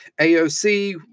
AOC